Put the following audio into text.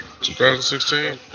2016